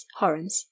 horrens